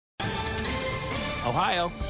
Ohio